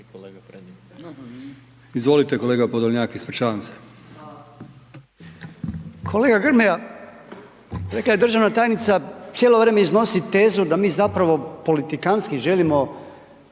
kolega Podolnjak, ispričavam se. **Podolnjak, Robert (MOST)** Kolega Grmoja, rekla je državna tajnica, cijelo vrijeme iznosi tezu da mi zapravo politikantski želimo